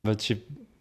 bet šiaip